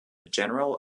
general